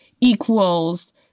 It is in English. equals